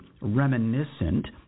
reminiscent